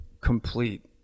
complete